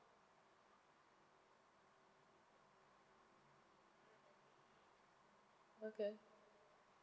okay